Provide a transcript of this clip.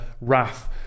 wrath